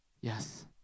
Yes